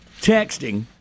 texting